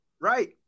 Right